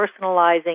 personalizing